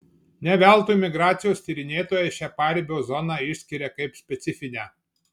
ne veltui migracijos tyrinėtojai šią paribio zoną išskiria kaip specifinę